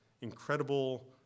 incredible